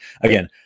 again